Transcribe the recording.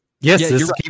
Yes